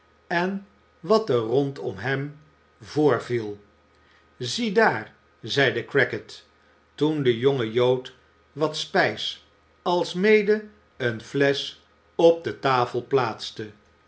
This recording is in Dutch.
en wat er rondom hem voorviel ziedaar zeide crackit toen de jonge jood wat spijs alsmede eene flesch op de tafel plaatste